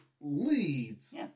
leads